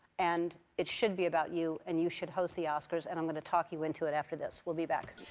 and it should be about you, and you should host the oscars and i'm going to talk you into it after this. we'll be back.